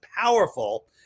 powerful